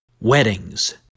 Weddings